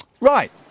right